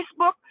Facebook